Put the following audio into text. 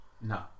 No